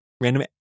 random